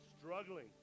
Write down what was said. struggling